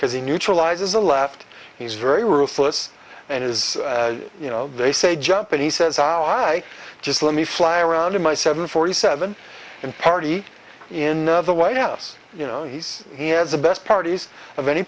because he neutralizes the left he's very ruthless and is you know they say jump and he says i just let me fly around in my seven forty seven and party in the white house you know he's he has the best parties of any